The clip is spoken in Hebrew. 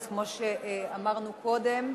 אז כמו שאמרנו קודם,